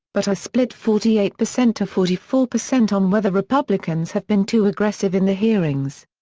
but are split forty eight percent to forty four percent on whether republicans have been too aggressive in the hearings.